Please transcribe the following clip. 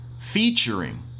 featuring